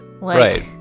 Right